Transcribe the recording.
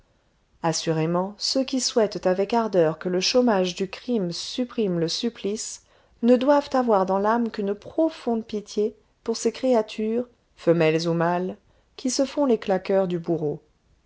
assurément ceux qui souhaitent avec ardeur que le chômage du crime supprime le supplice ne doivent avoir dans l'âme qu'une profonde pitié pour ces créatures femelles ou mâles qui se font les claqueurs du bourreau